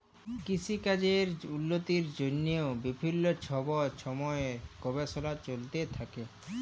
কিসিকাজের উল্লতির জ্যনহে বিভিল্ল্য ছব ছময় গবেষলা চলতে থ্যাকে